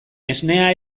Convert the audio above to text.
esnea